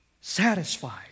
satisfied